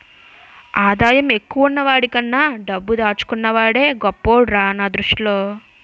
ఆదాయం ఎక్కువున్న వాడికన్నా డబ్బు దాచుకున్న వాడే గొప్పోడురా నా దృష్టిలో